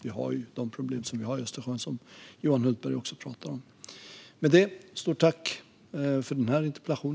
Vi har de problem som vi har i Östersjön, vilket Johan Hultberg också pratar om.